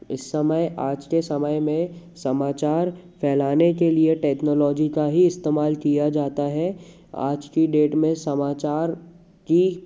इस समय आज के समय में समाचार फैलाने के टेक्नोलॉजी का ही इस्तेमाल किया जाता है आज की डेट में समाचार की